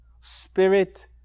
spirit